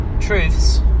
truths